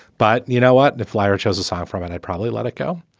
but you know what? the flyer shows a sign from an i'd probably let it go.